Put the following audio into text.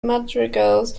madrigals